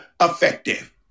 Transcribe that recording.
effective